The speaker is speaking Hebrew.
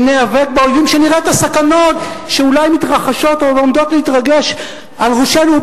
שנראה את הסכנות שאולי מתרחשות או עומדות להתרגש על ראשנו.